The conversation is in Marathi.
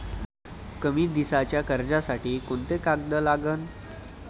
कमी दिसाच्या कर्जासाठी कोंते कागद लागन?